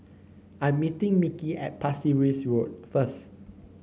I'm meeting Mickey at Pasir Ris Road first